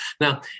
Now